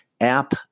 app